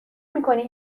میکنی